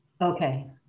Okay